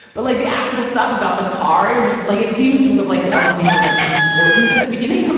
but like the actual stuff about the car or just like it seems sort of like the el camino is like important at the beginning. um